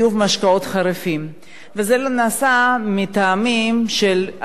וזה נעשה מטעמים של השגחה על הבריאות של הציבור.